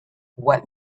what